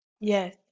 Yes